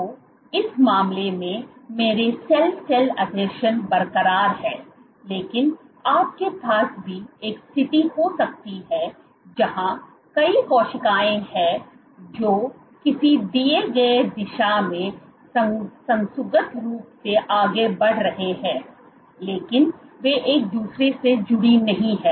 तो इस मामले में मेरे सेल सेल आसंजन बरकरार हैं लेकिन आपके पास भी एक स्थिति हो सकती है जहां कई कोशिकाएं हैं जो किसी दिए गए दिशा में सुसंगत रूप से आगे बढ़ रहे हैं लेकिन वे एक दूसरे से जुड़ी नहीं हैं